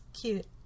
cute